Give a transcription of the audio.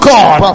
God